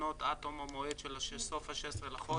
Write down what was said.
התקנות עד תום המועד של סוף ה-16 לחודש,